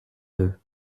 deux